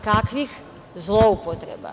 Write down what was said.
Kakvih zloupotreba?